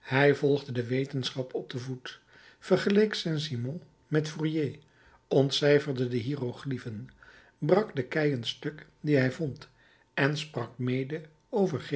hij volgde de wetenschap op den voet vergeleek saint-simon met fourier ontcijferde de hieroglyphen brak de keien stuk die hij vond en sprak mede over